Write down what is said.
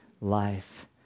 life